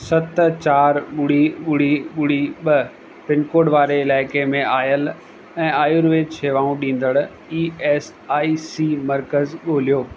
सत चार ॿुड़ी ॿुड़ी ॿुड़ी ॿ पिनकोड वारे इलाइक़े में आयल ऐं आयुर्वेदु शेवाऊं ॾींदड़ ई एस आई सी मर्कज़ ॻोल्हियो